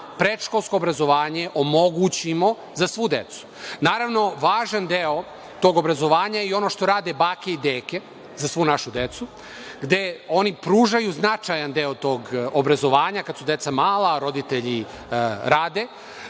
predškolsko obrazovanje omogućimo za svu decu. Naravno, važan deo tog obrazovanja i ono što rade bake i deke, za svu našu decu, gde oni pružaju značajan deo tog obrazovanja kada su deca mala, roditelji rade.